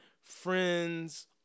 friends